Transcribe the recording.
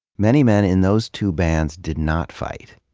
many men in those two bands did not fight.